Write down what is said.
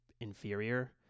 inferior